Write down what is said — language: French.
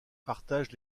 partagent